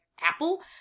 Apple